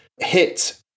hit